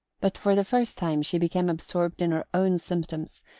but for the first time she became absorbed in her own symptoms,